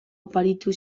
oparitu